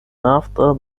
after